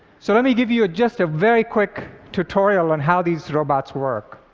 so let me give you just a very quick tutorial on how these robots work.